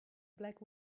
black